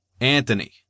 Anthony